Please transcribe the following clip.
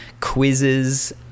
quizzes